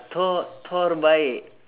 thor thor baik